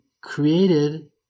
created